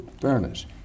fairness